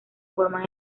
forman